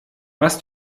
was